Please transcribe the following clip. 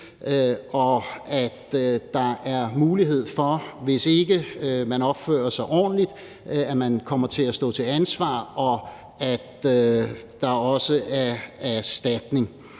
og at der er mulighed for, at man, hvis ikke man opfører sig ordentligt, kommer til at stå til ansvar, og at der også er erstatning.